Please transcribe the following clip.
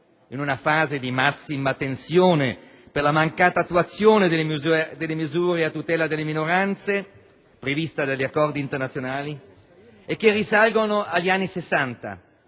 in una fase di massima tensione per la mancata attuazione delle misure a tutela delle minoranze (prevista dagli accordi internazionali) e che risalgono agli anni '60,